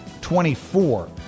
24